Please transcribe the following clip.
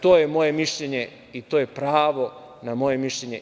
To je moje mišljenje i to je pravo na moje mišljenje.